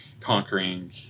conquering